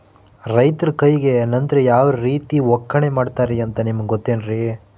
ರೈತರ ಕೈಗೆ ನಂತರ ಯಾವ ರೇತಿ ಒಕ್ಕಣೆ ಮಾಡ್ತಾರೆ ಅಂತ ನಿಮಗೆ ಗೊತ್ತೇನ್ರಿ?